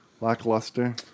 lackluster